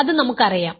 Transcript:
അത് നമുക്കറിയാം